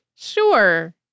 Sure